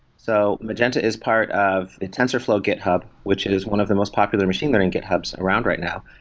so magenta is part of the tensorflow github which is one of the most popular machine learning githubs around right now.